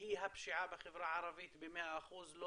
היא הפשיעה בחברה הערבית במאה אחוז.